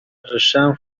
رشتهام